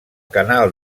canal